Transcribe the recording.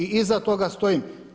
I iza toga stojim.